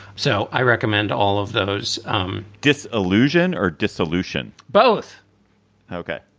so i recommend all of those um disillusioned or disillusioned both ok,